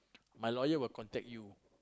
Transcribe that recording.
my lawyer will contact you